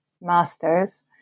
masters